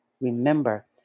Remember